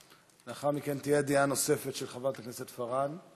לאחר מכן תהיה דעה נוספת, של חברת הכנסת פארן.